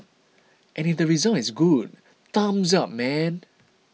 and if the result is good thumbs up man